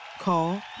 Call